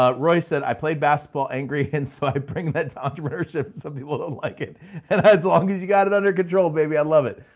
ah roy said i played basketball angry and so but i bring that to entrepreneurship. some people don't like it and as long as you got it under control, baby, i love it.